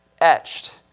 etched